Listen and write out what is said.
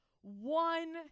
one